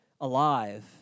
alive